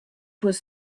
was